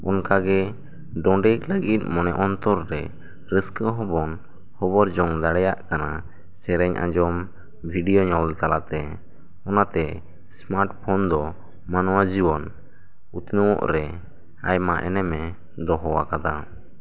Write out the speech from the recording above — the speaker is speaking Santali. ᱚᱱᱠᱟ ᱜᱮ ᱰᱚᱸᱰᱮᱠ ᱞᱟᱹᱜᱤᱫ ᱢᱚᱱ ᱚᱱᱛᱚᱨ ᱨᱮ ᱨᱟᱹᱥᱠᱟᱹ ᱦᱚᱸᱵᱚᱱ ᱦᱚᱵᱚᱨ ᱡᱚᱝ ᱫᱟᱲᱮᱭᱟᱜ ᱠᱟᱱᱟ ᱥᱮᱨᱮᱧ ᱟᱡᱚᱢ ᱵᱷᱤᱰᱤᱭᱳ ᱧᱮᱞ ᱛᱟᱞᱟᱛᱮ ᱚᱱᱟᱛᱮ ᱥᱢᱟᱴ ᱯᱷᱳᱱ ᱫᱚ ᱢᱟᱱᱣᱟ ᱡᱤᱵᱚᱱ ᱩᱛᱱᱟᱹᱣᱜ ᱨᱮ ᱟᱭᱢᱟ ᱮᱱᱮᱢᱮ ᱫᱚᱦᱚ ᱟᱠᱟᱫᱟ